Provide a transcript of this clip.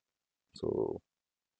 so